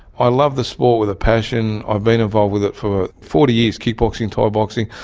i love the sport with a passion, i've been involved with it for forty years, kickboxing, thai boxing.